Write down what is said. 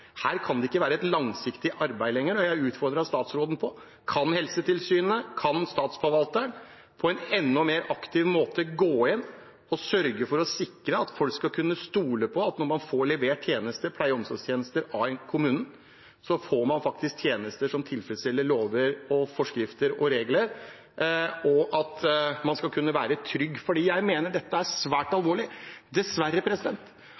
lenger, og jeg utfordrer statsråden: Kan Helsetilsynet og kan Statsforvalteren på en enda mer aktiv måte gå inn og sørge for å sikre at folk skal kunne stole på at når man får levert pleie- og omsorgstjenester av en kommune, får man faktisk tjenester som tilfredsstiller lover, forskrifter og regler, at man skal kunne være trygg på det? Jeg mener dette er svært